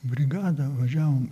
brigadą važiavome